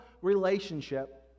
relationship